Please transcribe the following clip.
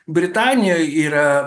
britanijoj yra